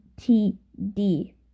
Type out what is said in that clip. TD